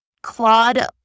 Claude